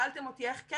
שאלתם אותי איך כן.